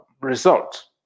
result